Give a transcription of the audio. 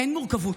אין מורכבות,